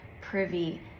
privy